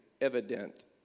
evident